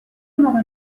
موقع